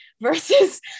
versus